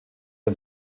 der